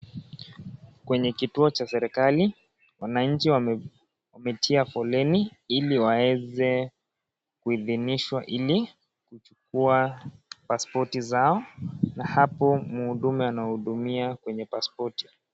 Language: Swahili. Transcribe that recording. Kwenye kituo che serikali, wanachi wametia foleni, ili wawezi kuhidhinishwa ili kuchukua pasipoti zao. Na hapo mhudumu anawahudumia kwenye pasipoti.